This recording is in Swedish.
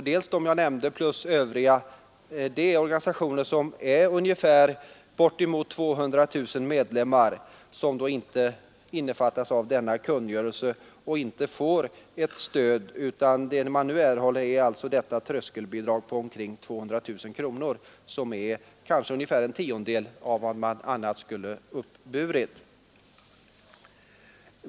Dessa, plus en del övriga, är organisationer med bortemot 200 000 medlemmar, som inte innefattas av denna kungörelse och därför inte får något annat stöd än tröskelbidraget på omkring 200 000 kronor, vilket kanske är bara en tiondel av vad de annars skulle ha uppburit.